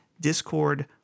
Discord